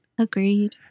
Agreed